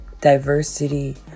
diversity